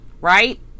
right